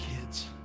kids